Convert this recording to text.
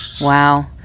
Wow